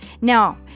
Now